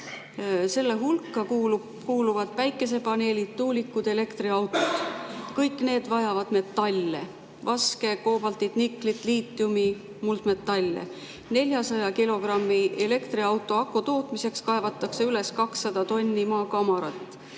Selle hulka kuuluvad päikesepaneelid, tuulikud ja elektriautod. Kõik need vajavad metalle – vaske, koobaltit, niklit, liitiumi, muldmetalle. 400 kilogrammi elektriauto aku tootmiseks kaevatakse üles 200 tonni maakamarat.